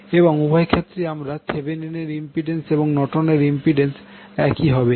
এবং উভয় ক্ষেত্রেই আমাদের থেভেনিনের ইম্পিড্যান্স এবং নর্টনের ইম্পিড্যান্স একই হবে